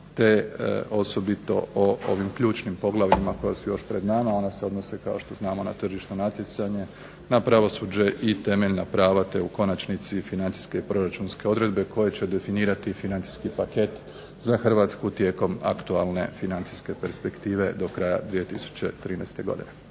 te osobito ovim ključnim poglavljima koja su još pred nama ona se odnose kao znamo na tržišno natjecanje, na pravosuđe i temeljna prava te u konačnici i financijske i proračunske odredbe koje će definirati financijski paket za Hrvatsku tijekom aktualne financijske perspektive do kraja 2013. godine.